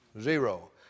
Zero